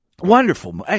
Wonderful